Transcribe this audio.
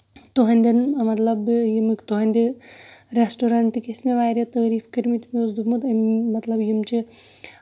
تُہندین مطلب ییٚمُک تُہندِ ریسٹورنٹ ٲسۍ مےٚ واریاہ تعٲریٖف کٔرمٕتۍ مےٚ اوس دوٚپمُت مطلب یِم چھِ